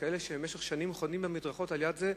כאלה שבמשך שנים חונים במדרכות לידו,